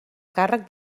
càrrec